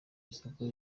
isoko